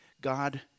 God